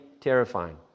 terrifying